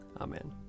Amen